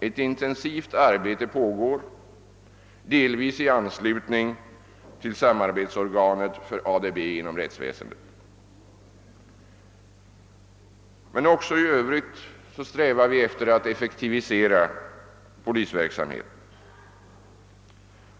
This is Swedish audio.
Ett intensivt arbete pågår delvis i anslutning till samarbetsorganet för ADB inom rättsväsendet. Också i övrigt strävar vi efter att effektivisera polisverksamheten.